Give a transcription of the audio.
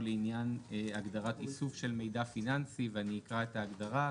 לעניין הגדרת איסוף של מידע פיננסי ואני אקרא את ההגדרה.